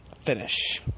finish